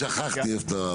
שכחתי מאיפה אתה.